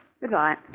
Goodbye